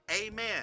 Amen